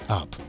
up